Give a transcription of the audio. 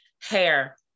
hair